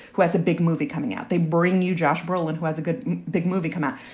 who has a big movie coming out. they bring you josh brolin, who has a good big movie come out.